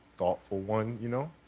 thoughtful one. you know?